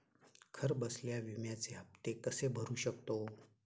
घरबसल्या विम्याचे हफ्ते कसे भरू शकतो?